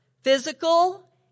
physical